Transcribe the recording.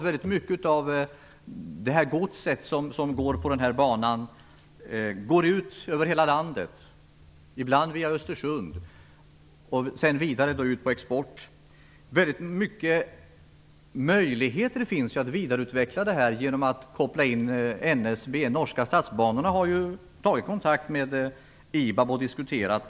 Väldigt mycket av det gods som går på banan går ut över hela landet och ibland via Östersund och vidare ut på export. Det finns många möjligheter att vidareutveckla detta genom att koppla in NSB. Norska statsbanorna har ju tagit kontakt med IBAB och diskuterat.